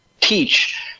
teach